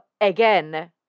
again